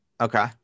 Okay